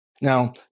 Now